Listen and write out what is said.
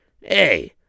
Hey